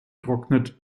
trocknet